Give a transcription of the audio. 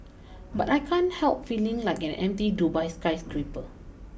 but I can't help feeling like an empty Dubai skyscraper